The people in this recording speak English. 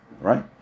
Right